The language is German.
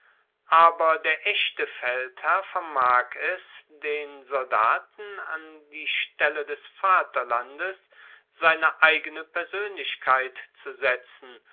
aber der echte feldherr vermag es den soldaten an die stelle des vaterlandes seine eigene persoenlichkeit zu setzen